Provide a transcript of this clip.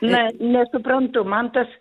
na nesuprantu man tas